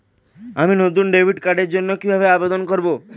আমি নতুন ডেবিট কার্ডের জন্য কিভাবে আবেদন করব?